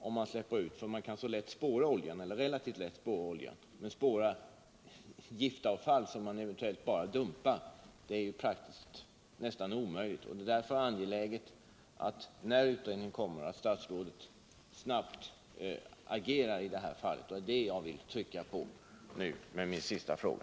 Oljeutsläpp kan man visserligen lätt spåra, men rester av giftavfall eller kemikalier som kanske dumpas är praktiskt taget nästan omöjligt att upptäcka. När utredningsresultatet kommer är det därför angeläget att statsrådet snabbt agerar i den här frågan, och det är detta jag ville betona med min sista fråga.